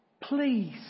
please